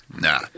Nah